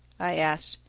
i asked.